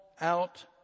out